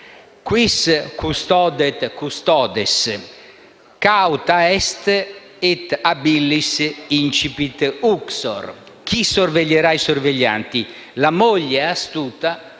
«*Quis custodiet ipsos custodes? Cauta est et ab illis incipit uxor».* Chi sorveglierà i sorveglianti? La moglie astuta